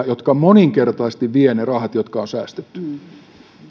jotka moninkertaisesti vievät ne rahat jotka on säästetty